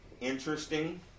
interesting